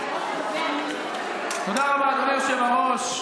תודה רבה, אדוני היושב-ראש.